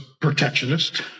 protectionist